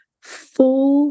full